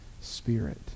spirit